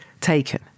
taken